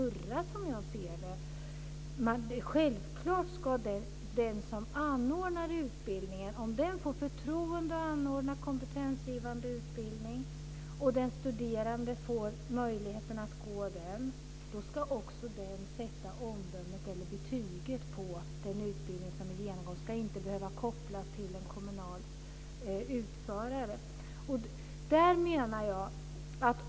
Självklart ska den som anordnar utbildningen sätta omdömet eller betyget på den utbildning som är genomgången, om den får förtroende att anordna kompetensgivande utbildning och den studerande får möjligheten att gå den. Det ska inte behöva kopplas till en kommunal utförare.